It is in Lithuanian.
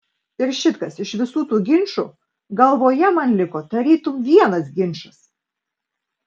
ir šit kas iš visų tų ginčų galvoje man liko tarytum vienas ginčas